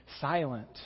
silent